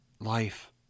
life